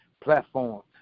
platforms